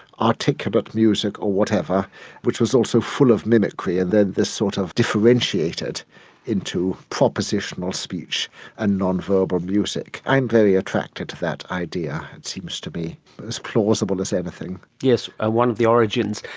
articulate music or whatever which was also full of mimicry, and then this sort of differentiated into propositional speech and non-verbal music. i am very attracted to that idea, it seems to be as plausible as anything. yes, ah one of the origins.